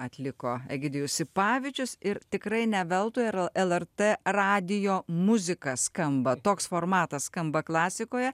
atliko egidijus sipavičius ir tikrai ne veltui lr lrt radijo muzika skamba toks formatas skamba klasikoje